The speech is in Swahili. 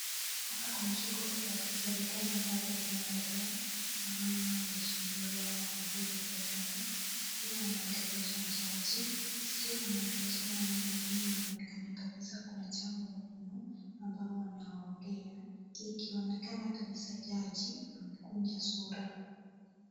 Hapa kuna shughuli za kiserekali ambazo zinaendelea. Naona mheshimiwa Uhuru Kenyatta akiwa anaongelesha jaji sijui wanaongeleshana nini lakini inaonekana kabisa kuna jambo muhimu ambayo wanaongea. Ikionekana kabisa jaji amekunja sura.